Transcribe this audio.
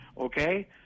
okay